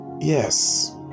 yes